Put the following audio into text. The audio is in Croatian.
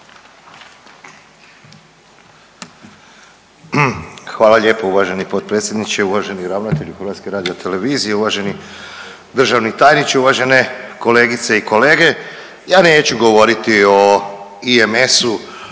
Hvala lijepo. Uvaženi potpredsjedniče, uvaženi ravnatelju HRT-a, uvaženi državni tajniče, uvažene kolegice i kolege. Ja neću govoriti o IMS-u